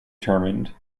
determined